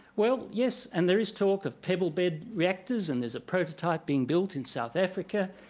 well yes, and there is talk of pebble bed reactors and there's a prototype being built in south africa.